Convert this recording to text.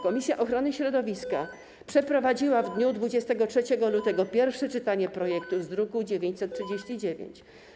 Komisja ochrony środowiska przeprowadziła w dniu 23 lutego pierwsze czytanie projektu z druku nr 939.